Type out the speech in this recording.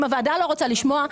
אם הוועדה לא רוצה לשמוע,